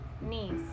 knees